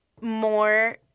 more